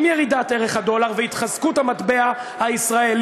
עם ירידת ערך הדולר והתחזקות המטבע הישראלי,